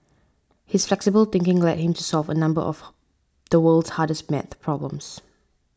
his flexible thinking led him to solve a number of the world's hardest math problems